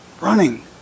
running